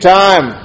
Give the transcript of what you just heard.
time